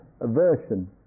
aversion